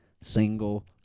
single